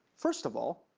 first of all,